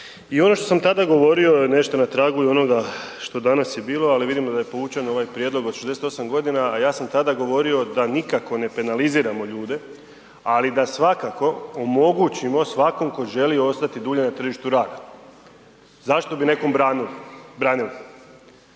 i ono što sam tada govorio je nešto na tragu i onoga što danas je bilo ali vidimo da je povučen ovaj prijedlog od 68 godina a ja sam tada govorio da nikako ne penaliziramo ljude ali da svakako omogućimo svakom tko želi ostati dulje na tržištu rada. Zašto bi nekom branili?